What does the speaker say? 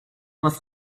must